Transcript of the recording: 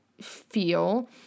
feel